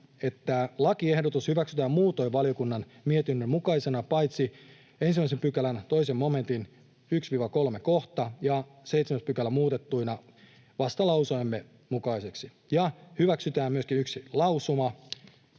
että lakiehdotus hyväksytään muutoin valiokunnan mietinnön mukaisena paitsi 1 §:n 2 momentin 1—3 kohta ja 7 § muutettuina vastalauseemme mukaisiksi ja hyväksytään myöskin yksi lausuma,